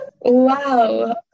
Wow